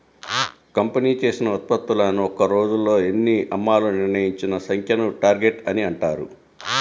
company చేసిన ఉత్పత్తులను ఒక్క రోజులో ఎన్ని అమ్మాలో నిర్ణయించిన సంఖ్యను టార్గెట్ అని అంటారు